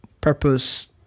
purpose